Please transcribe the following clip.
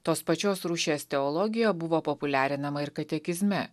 tos pačios rūšies teologija buvo populiarinama ir katekizme